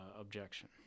objection